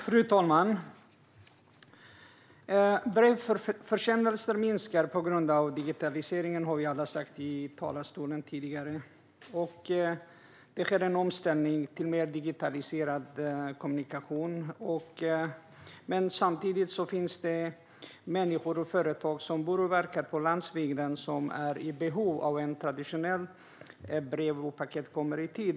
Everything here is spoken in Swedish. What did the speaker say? Fru talman! Att antalet brevförsändelser minskar på grund av digitaliseringen har alla tidigare sagt i talarstolen. Det sker en omställning till en mer digitaliserad kommunikation. Men samtidigt finns det människor och företag som bor och verkar på landsbygden som är i behov av att brev och paket kommer i tid.